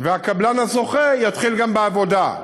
והקבלן הזוכה גם יתחיל בעבודה.